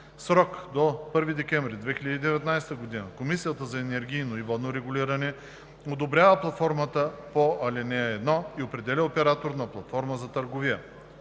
срок до 1 декември 2019 г. Комисията за енергийно и водно регулиране одобрява платформата по ал. 1 и определя оператор на платформа за търговия.